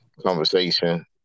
conversation